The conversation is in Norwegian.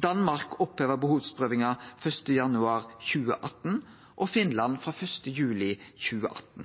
Danmark oppheva behovsprøvinga 1. januar 2018 og Finland 1. juli 2018.